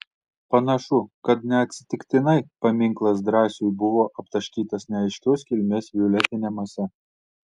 panašu kad neatsitiktinai paminklas drąsiui buvo aptaškytas neaiškios kilmės violetine mase